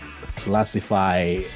classify